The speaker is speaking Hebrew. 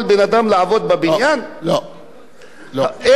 איך אפשר להיטיב עם האנשים האלה?